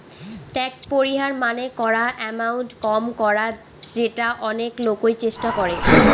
tax পরিহার মানে করা এমাউন্ট কম করা যেটা অনেক লোকই চেষ্টা করে